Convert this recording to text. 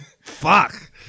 Fuck